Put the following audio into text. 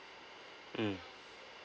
mm